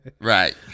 Right